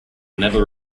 never